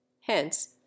Hence